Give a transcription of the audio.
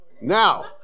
now